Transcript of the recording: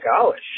college